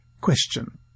Question